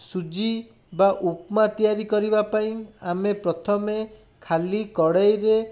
ସୁଜି ବା ଉପମା ତିଆରି କରିବାପାଇଁ ଆମେ ପ୍ରଥମେ ଖାଲି କଢ଼େଇରେ